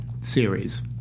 series